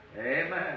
Amen